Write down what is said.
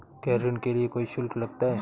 क्या ऋण के लिए कोई शुल्क लगता है?